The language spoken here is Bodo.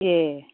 ए